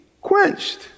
quenched